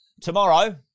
Tomorrow